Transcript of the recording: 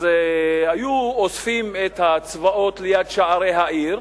היו אוספים את הצבאות ליד שערי העיר,